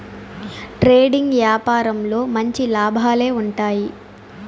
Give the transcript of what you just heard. trading యాపారంలో మంచి లాభాలే ఉంటాయి